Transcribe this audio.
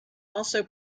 also